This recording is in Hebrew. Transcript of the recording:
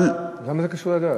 אבל, למה זה קשור לדת?